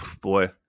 Boy